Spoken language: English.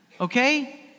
okay